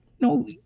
no